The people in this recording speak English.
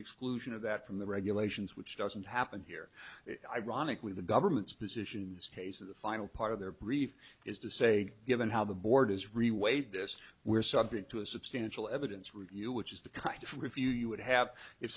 exclusion of that from the regulations which doesn't happen here ironically the government's position this case of the final part of their brief is to say given how the board is reweigh this we're subject to a substantial evidence review which is the kind of review you would have if